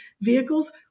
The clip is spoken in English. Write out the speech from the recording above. vehicles